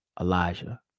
Elijah